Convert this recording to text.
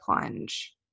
plunge